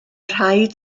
rhaid